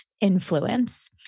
influence